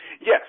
Yes